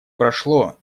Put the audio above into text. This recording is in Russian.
прошло